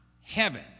heaven